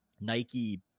Nike